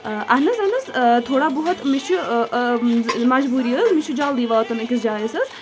اَہَن حظ اَہَن حظ تھوڑا بہت مےٚ چھِ مَجبورِی حظ مےٚ چھُ جَلدٕے واتُن أکِس جایہِ حظ